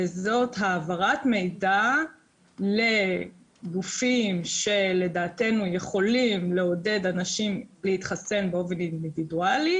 וזה העברת מידע לגופים שלדעתנו יכולים לעודד באופן אינדיבידואלי